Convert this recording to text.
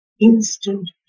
instant